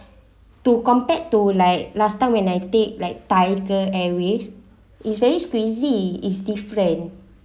to compared to like last time when I take like Tiger Airways is very squeezy is different